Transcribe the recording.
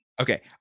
Okay